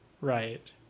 Right